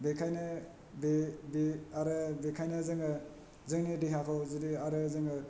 बेखायनो बे बे आरो बेखायनो जोङो जोंनि देहाखौ जुदि आरो जोङो